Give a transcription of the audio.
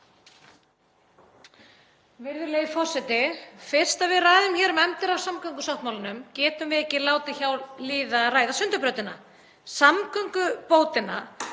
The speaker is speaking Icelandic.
Virðulegi forseti. Fyrst við ræðum hér um efndir á samgöngusáttmálanum getum við ekki látið hjá líða að ræða Sundabrautina, samgöngubótina